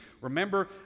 Remember